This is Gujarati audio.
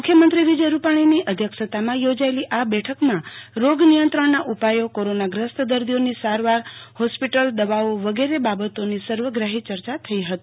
મુખ્યમંત્રી વિજય રૂપાણીની અધ્યક્ષતામાં યોજાયેલી આ બેઠકમાં રોગ નિયંત્રણના ઉપાયો કોરોનાગ્રસ્ત દર્દીઓની સારવાર હોરિપટલ દવાઓ વગેરે બાબતોની સર્વગ્રાહી ચર્ચા થઈ હતી